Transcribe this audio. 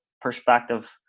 perspective